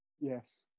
Yes